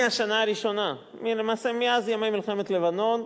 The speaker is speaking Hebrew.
מהשנה הראשונה, למעשה מאז ימי מלחמת לבנון,